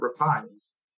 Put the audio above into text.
refines